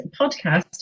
podcast